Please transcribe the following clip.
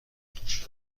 فروش